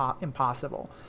impossible